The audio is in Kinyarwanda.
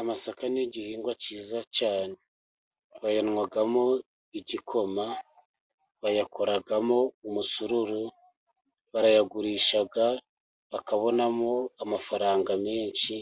Amasaka n'igihingwa cyiza cyane. Bayanywamo igikoma, bayakoramo umusururu, barayagurisha bakabonamo amafaranga menshi